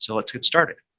so let's get started.